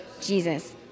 Jesus